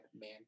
man